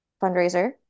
fundraiser